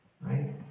right